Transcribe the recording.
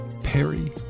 Perry